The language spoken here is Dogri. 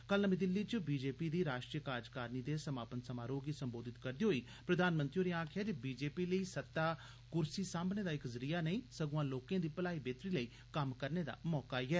कल नमीं दिल्ली च बी जे पी दी राष्ट्रीय कार्जकारणी दे समापन समारोह गी सम्बोधित करदे होई प्रधानमंत्री होरें आक्खेआ जे बी जी पी लेई सत्ता कुर्सी साम्बने दा इक जरिया नेई सगुआ लोकें दी भलाई बेहतरी लेई कम्म करने दा इक मौका ऐ